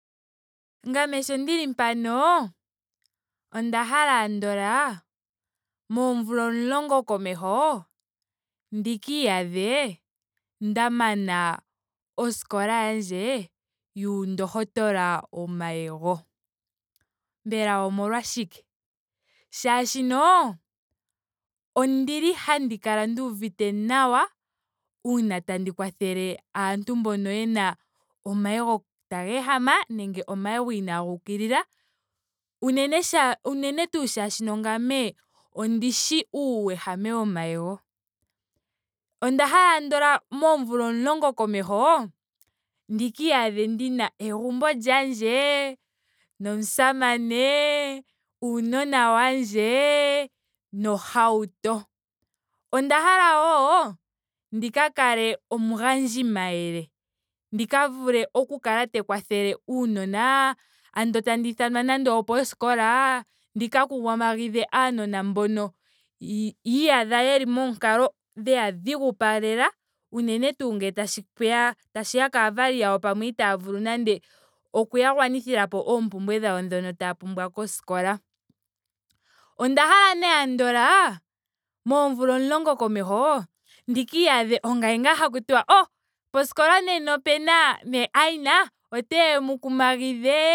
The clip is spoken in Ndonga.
Ngame sho ndili mpano onda hala andola moomvula omulongo komeho ndika iyadhe nda mana oskola yandje yuundohotola womayego. Mbela omolwashike? Molwaashoka ondili nduuvite handi kala nduuvite nawa uuna tandi kwathele aantu mbono yena omayego taga ehama nenge omayego inaaga ukilila. unene shaa. unene tuu molwaashoka ngame ondishi uuwehame womayego. Onda hala andola moomvula omulongo komeho ndika iyadhe ndina egumbo lyandje. nomusamane. uunona wandje nohauto. Onda hala wo ndika ninge omugandji mayele. ndika vule oku kala te kwathele uunona. andola tandiithanwa nando oposkola. ndika kumagidhe aanona mbono yiiyadha yeli moonkalo dheya dhigupalela unene tuu ngele tapuya. tashiya kaavali yawo pamwe itaaya vulu nando okuya gwanithilapo oompumbwe dhawo dhoka taya pumbwa koskola. Onda hala nee andola moomvula omulongo komeho ndika iyadhe ongame ngaa haku tiwa oh poskola nena opuna mee aina oteya emu kumagidhe